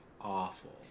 awful